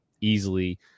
easily